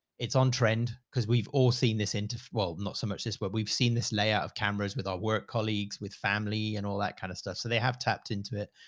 it's on trend cause we've all seen this into, well not so much. this is what we've seen, this layout of cameras with our work colleagues with family and all that kind of stuff. so they have tapped into it.